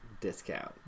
discount